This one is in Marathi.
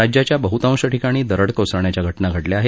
राज्याच्या बहुतांश ठिकाणी दरड कोसळण्याच्या घटना घडल्या आहेत